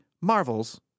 Marvels